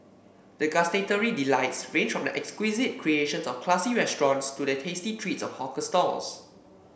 the gustatory delights range from the exquisite creations of classy restaurants to the tasty treats of hawker stalls